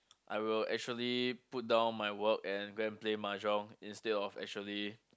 I will actually put down my work and go and play mahjong instead of actually